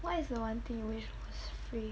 what is the one thing you wish was free